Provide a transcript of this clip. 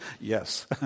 Yes